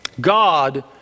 God